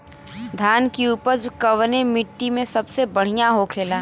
धान की उपज कवने मिट्टी में सबसे बढ़ियां होखेला?